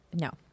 No